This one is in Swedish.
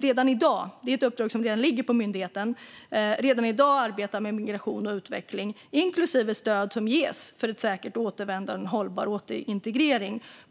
redan i dag - detta är ett uppdrag som redan ligger på myndigheten - arbetar med migration och utveckling inklusive stöd som ges för ett säkert återvändande med hållbar återintegrering.